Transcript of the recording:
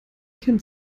kennt